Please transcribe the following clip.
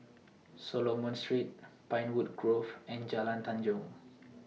Solomon Street Pinewood Grove and Jalan Tanjong